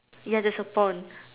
ya there's a pond